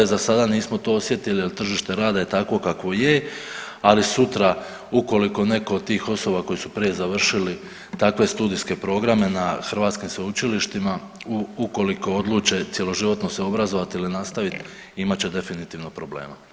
Za sada nismo to osjetili jer tržište rada je takvo kakvo je, ali sutra ukoliko netko od tih osoba koje su prije završili takve studijske programe na hrvatskim sveučilištima ukoliko odluče cjeloživotno se obrazovati ili nastaviti imat će definitivno problema.